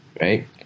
right